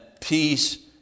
peace